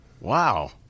Wow